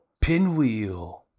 pinwheel